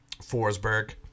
Forsberg